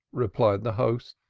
replied the host.